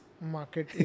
market